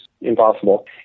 impossible